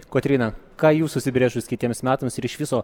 kotryna ką jūs užsibrėžus kitiems metams ir iš viso